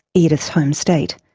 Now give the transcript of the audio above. edith's home state,